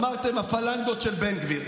אמרתם: הפלנגות של בן גביר.